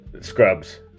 scrubs